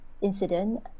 incident